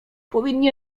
powinni